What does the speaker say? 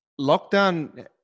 lockdown